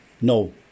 No